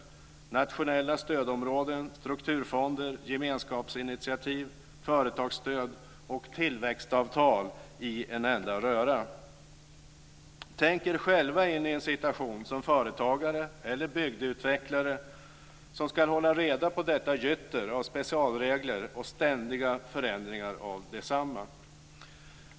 Det är nationella stödområden, strukturfonder, gemenskapsinitiativ, företagsstöd och tillväxtavtal i en enda röra. Tänk er själva in i situationen att företagare eller bygdeutvecklare ska hålla reda på detta gytter av specialregler och dessutom ständiga förändringar av desamma.